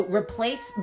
replace